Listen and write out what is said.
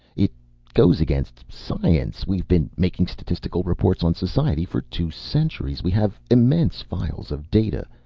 it goes against science. we've been making statistical reports on society for two centuries. we have immense files of data.